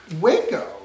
Waco